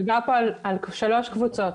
מדובר פה על שלוש קבוצות: